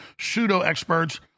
pseudo-experts